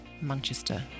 Manchester